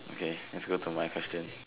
okay lets go to my question